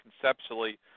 conceptually